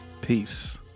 peace